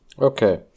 Okay